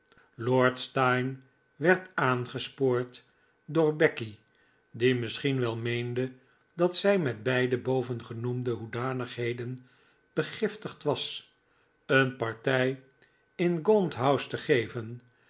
lord steyne werd aangespoord door becky die misschien wel meende dat zij met beide bovengenoemde hoedanigheden begiftigd was een partij in gaunt house te geven